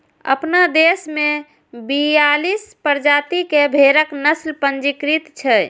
अपना देश मे बियालीस प्रजाति के भेड़क नस्ल पंजीकृत छै